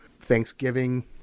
Thanksgiving